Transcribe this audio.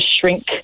shrink